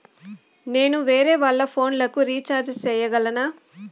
నేను వేరేవాళ్ల ఫోను లకు రీచార్జి సేయగలనా?